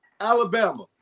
Alabama